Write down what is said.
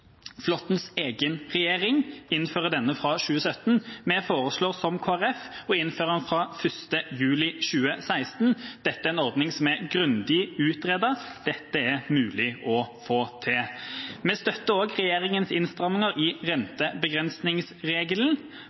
Flåttens egen regjering innfører denne fra 2017. Vi foreslår, som Kristelig Folkeparti, å innføre den fra 1. juli 2016. Dette er en ordning som er grundig utredet, dette er mulig å få til. Vi støtter også regjeringas innstramninger i rentebegrensningsregelen,